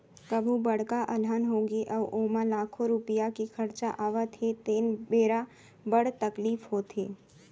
कभू बड़का अलहन होगे अउ ओमा लाखों रूपिया के खरचा आवत हे तेन बेरा बड़ तकलीफ होथे